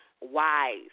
wise